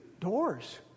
doors